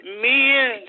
men